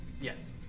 Yes